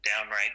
downright